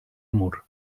mur